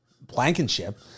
Blankenship